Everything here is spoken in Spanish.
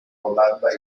holanda